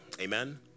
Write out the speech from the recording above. Amen